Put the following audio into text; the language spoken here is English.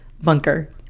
bunker